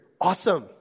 Awesome